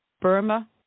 Burma